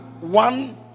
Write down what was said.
one